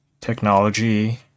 technology